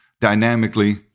dynamically